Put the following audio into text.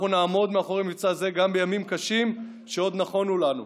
אנחנו נעמוד מאחורי מבצע זה גם בימים קשים שעוד נכונו לנו".